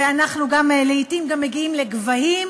ואנחנו לעתים גם מגיעים לגבהים,